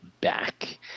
back